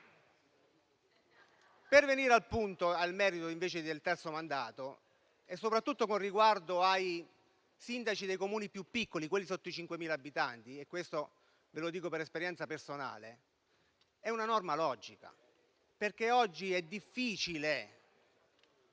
Per venire al merito del terzo mandato, soprattutto con riguardo ai sindaci dei Comuni più piccoli, quelli sotto i 5.000 abitanti - ve lo dico per esperienza personale - la norma è logica, perché oggi è difficile